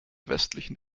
westlichen